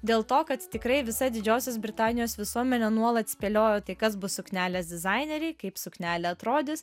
dėl to kad tikrai visa didžiosios britanijos visuomenė nuolat spėliojo tai kas bus suknelės dizaineriai kaip suknelė atrodys